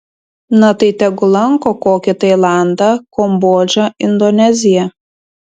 na tai tegul lanko kokį tailandą kambodžą indoneziją